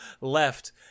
left